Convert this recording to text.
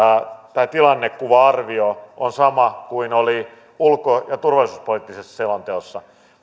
tilannekuva arvio on sama kuin oli ulko ja turvallisuuspoliittisessa selonteossa